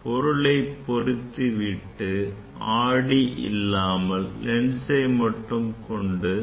பொருளை பொருத்தி விட்டு ஆடி இல்லாமல் லென்சை மட்டும் கொண்டு